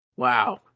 Wow